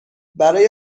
برای